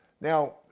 Now